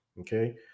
okay